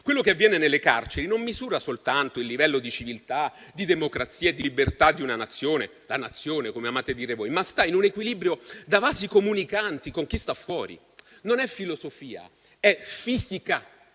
quello che avviene nelle carceri non misura soltanto il livello di civiltà, democrazia e libertà di una Nazione (la Nazione, come amate dire voi), ma sta in un equilibrio da vasi comunicanti con chi sta fuori. Non è filosofia, ma fisica.